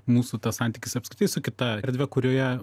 mūsų tas santykis apskritai su kita erdve kurioje